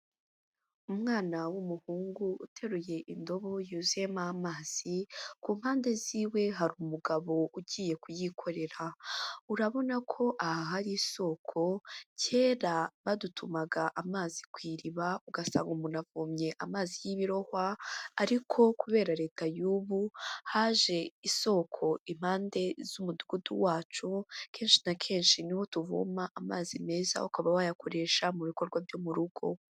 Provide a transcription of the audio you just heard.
Umwana w'umuhungu uteruye indobo yuzuyemo amazi, ku mpande z'iwe hari umugabo ugiye kuyikorera, urabona ko aha hari isoko, kera badutumaga amazi ku iriba ugasanga umuntu avomye amazi y'ibirohwa ariko kubera Leta y'ubu haje isoko impande z'umudugudu wacu, kenshi na kenshi niho tuvoma amazi meza ukaba wayakoresha mu bikorwa byo mu rugo.